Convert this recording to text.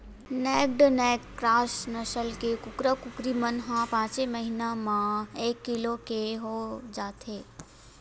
naked neck cross नसल के कुकरा, कुकरी मन ह पाँचे महिना म एक किलो के हो जाथे